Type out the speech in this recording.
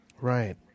Right